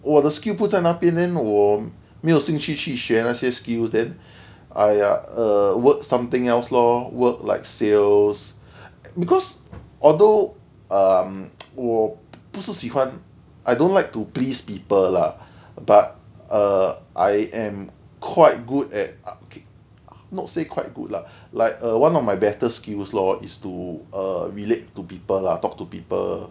我的 skill 不在那边 then 我没有兴趣去学那些 skills then !aiya! err work something else lor work like sales because although um 我不是喜欢 I don't like to please people lah but err I am quite good at ah okay not say quite good lah like uh one of my better skills lor is to err relate to people lah talk to people